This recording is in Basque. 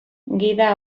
gida